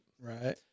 right